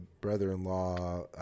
brother-in-law